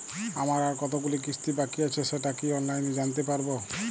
আমার আর কতগুলি কিস্তি বাকী আছে সেটা কি অনলাইনে জানতে পারব?